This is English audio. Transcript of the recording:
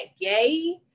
gay